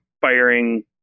firing